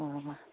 অঁ